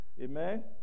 Amen